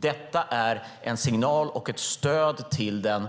Det är en signal och ett stöd till den